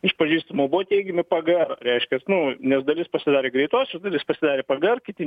iš pažįstamų buvo teigiami pgr reiškias nu nes dalis pasidarė greituosius dalis pasidarė pgr kiti